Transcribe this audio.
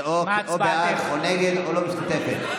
זה או בעד, או נגד או לא משתתפת?